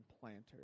planters